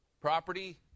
property